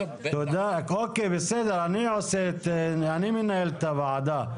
בסדר, אני מנהל את הוועדה.